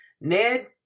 ned